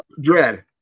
dread